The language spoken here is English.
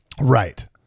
Right